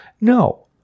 No